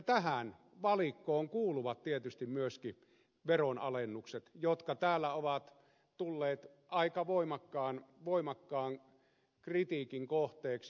tähän valikkoon kuuluvat tietysti myöskin veronalennukset jotka täällä ovat tulleet aika voimakkaan kritiikin kohteeksi